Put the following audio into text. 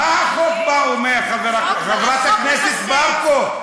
מה החוק אומר, חברת הכנסת ברקו?